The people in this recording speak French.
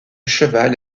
cheval